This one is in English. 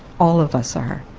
all of us are.